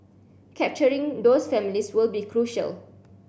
capturing those families will be crucial